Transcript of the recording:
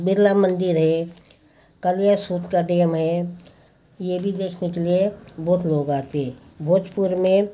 बिरला मंदिर हे कलयेसूत का डेम है ये भी देखने के लिए बहुत लोग आते हे भोजपुर में